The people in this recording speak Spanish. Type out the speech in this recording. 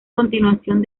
continuación